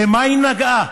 במה היא נגעה?